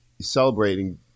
celebrating